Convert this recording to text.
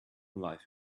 life